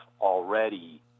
already